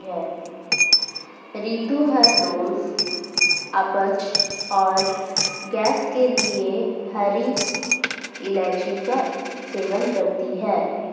रितु हर रोज अपच और गैस के लिए हरी इलायची का सेवन करती है